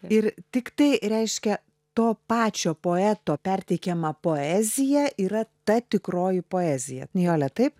ir tik tai reiškia to pačio poeto perteikiama poezija yra ta tikroji poezija nijole taip